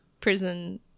prison